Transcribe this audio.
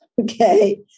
Okay